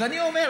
אז אני אומר,